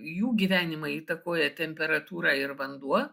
jų gyvenimą įtakoja temperatūra ir vanduo